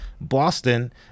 Boston